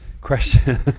question